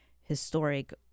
historic